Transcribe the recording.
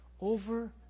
Over